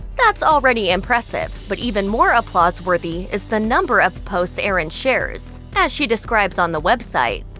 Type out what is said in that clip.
that's already impressive, but even more applause-worthy is the number of posts erin shares. as she describes on the website,